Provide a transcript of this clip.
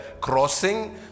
crossing